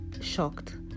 shocked